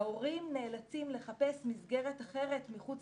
ההורים נאלצים לחפש מסגרת אחרת מחוץ